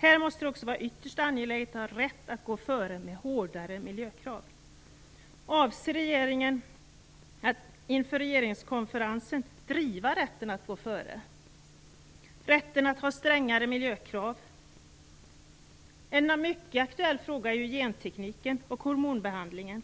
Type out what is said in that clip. Det måste också vara ytterst angeläget att ha rätt att gå före med hårdare miljökrav. Avser regeringen att inför regeringskonferensen driva rätten att gå före, rätten att ha strängare miljökrav? Två mycket aktuella frågor är gentekniken och hormonbehandlingen.